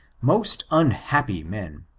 most unhappy men!